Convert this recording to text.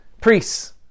Priests